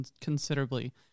considerably